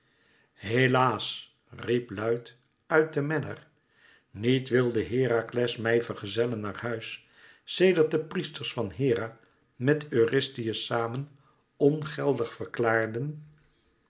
helaas riep luid uit de menner niet wilde herakles mij vergezellen naar huis sedert de priesters van hera met eurystheus samen ongeldig verklaarden